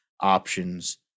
options